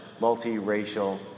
multiracial